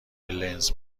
لنز